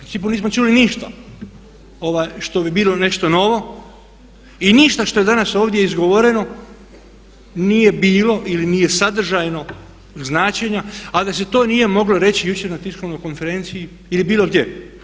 U principu nismo čuli ništa što bi bilo nešto novo i ništa što je danas ovdje izgovoreno nije bilo ili nije sadržajnog značenja a da se to nije moglo reći na tiskovnoj konferenciji ili bilo gdje.